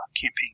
campaign